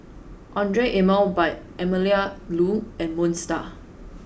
Andre Emel by Melinda Looi and Moon Star